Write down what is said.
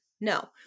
No